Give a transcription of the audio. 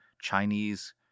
Chinese